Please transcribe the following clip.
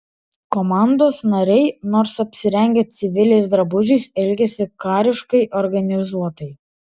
komandos nariai nors apsirengę civiliais drabužiais elgėsi kariškai organizuotai